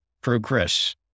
progress